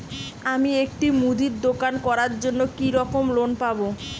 আমি একটি মুদির দোকান করার জন্য কি রকম লোন পাব?